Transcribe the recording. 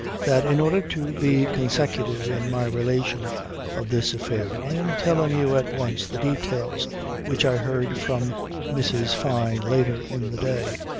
that in order to be consecutive in my relation of this affair i am telling you at once the details which i heard from mrs. fyne later in the day,